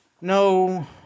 No